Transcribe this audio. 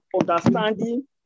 understanding